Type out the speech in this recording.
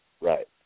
right